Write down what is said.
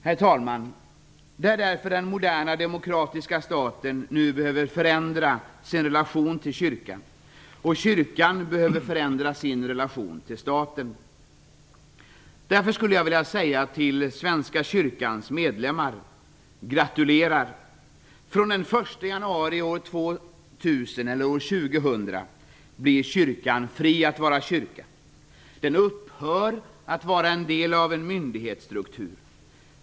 Herr talman! Det är därför den moderna, demokratiska staten nu behöver förändra sin relation till kyrkan, och kyrkan behöver förändra sin relation till staten. Därför skulle jag vilja säga till svenska kyrkans medlemmar: gratulerar! Från den 1 januari år 2000 blir kyrkan fri att vara kyrka. Den upphör att vara en del av en myndighetsstruktur.